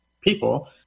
people